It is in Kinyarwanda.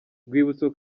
rwibutso